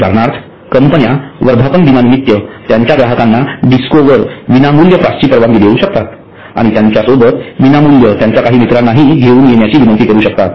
उदाहरणार्थ कंपन्या वर्धापन दिनानिमित्त त्यांच्या ग्राहकांना डिस्कोवर विनामूल्य पासची परवानगी देऊ शकतात आणि त्यासोबतच विनामूल्य त्यांच्या काही मित्रांनाहि घेऊन येण्याची विनंती करू शकतात